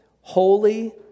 holy